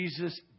Jesus